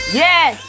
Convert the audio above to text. yes